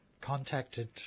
contacted